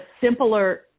simpler